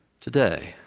today